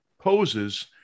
poses